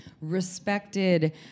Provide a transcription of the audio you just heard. respected